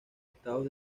estados